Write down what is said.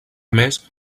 més